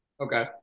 Okay